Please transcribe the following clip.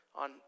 on